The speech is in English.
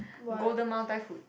Golden-Mile Thai food